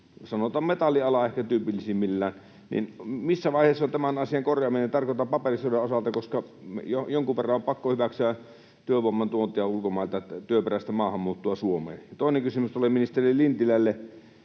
sanotaan metalliala ehkä tyypillisimmillään. Missä vaiheessa on tämän asian korjaaminen, tarkoitan paperisodan osalta, koska jonkun verran on pakko hyväksyä työvoimantuontia ulkomailta, työperäistä maahanmuuttoa Suomeen? Ja toinen kysymys tulee ministeri Lintilälle: